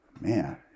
Man